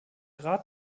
rat